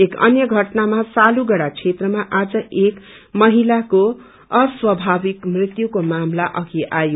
एक अन्य घटनामा सालुगड़ा क्षेत्रमा आज एक महिलाको अस्वभाविक मृत्युको मामिला अघि आयो